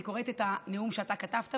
אני קוראת את הנאום שאתה כתבת,